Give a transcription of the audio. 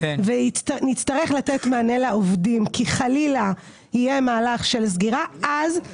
נמצאים ויכולים לתת מענה אם חס וחלילה יהיה מצב שבו